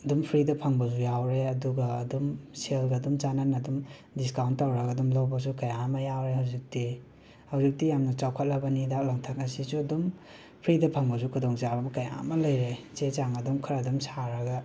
ꯗꯨꯝ ꯐ꯭ꯔꯤꯗ ꯐꯪꯕꯁꯨ ꯌꯥꯎꯔꯦ ꯑꯗꯨꯒ ꯑꯗꯨꯝ ꯁꯦꯟꯒ ꯑꯗꯨꯝ ꯆꯥꯅꯅ ꯑꯗꯨꯝ ꯗꯤꯁꯀꯥꯎꯟ ꯇꯧꯔꯒ ꯑꯗꯨꯝ ꯂꯧꯕꯖꯨ ꯀꯌꯥ ꯑꯃ ꯌꯥꯎꯔꯦ ꯍꯧꯖꯤꯛꯇꯤ ꯍꯧꯖꯤꯛꯇꯤ ꯌꯥꯝꯅ ꯆꯥꯎꯈꯠꯂꯕꯅꯤ ꯍꯤꯗꯥꯛ ꯂꯥꯡꯊꯛ ꯑꯁꯤꯁꯨ ꯑꯗꯨꯝ ꯐ꯭ꯔꯤꯗ ꯐꯡꯉꯁꯨ ꯈꯨꯗꯣꯡꯆꯥꯕ ꯀꯌꯥ ꯑꯃ ꯂꯩꯔꯦ ꯆꯦ ꯆꯥꯡ ꯑꯗꯨꯝ ꯈꯔ ꯑꯗꯨꯝ ꯁꯥꯔꯒ